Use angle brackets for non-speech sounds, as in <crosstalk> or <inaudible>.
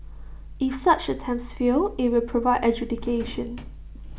<noise> if such attempts fail IT will provide adjudication